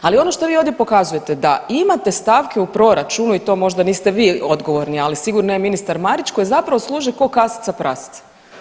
Ali ono što vi ovdje pokazujete da imate stavke u proračunu i to možda niste vi odgovorni, ali sigurno je ministar Marić koji zapravo služi ko kasica prasica.